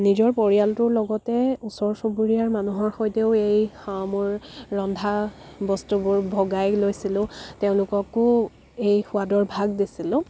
নিজৰ পৰিয়ালটোৰ লগতে ওচৰ চুবুৰীয়াৰ মানুহৰ সৈতেও এই মোৰ ৰন্ধা বস্তুবোৰ ভগাই লৈছিলোঁ তেওঁলোককো এই সোৱাদৰ ভাগ দিছিলোঁ